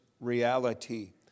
reality